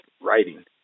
writing